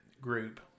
group